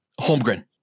Holmgren